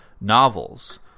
novels